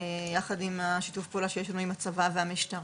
יחד עם שיתוף הפעולה שיש לנו עם הצבא והמשטרה.